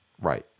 Right